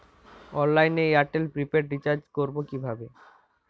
অনলাইনে এয়ারটেলে prepaid recharge করবো কিভাবে?